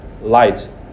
light